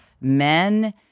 men